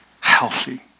healthy